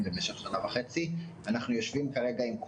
אנחנו עובדים יום וליל ועושים הכול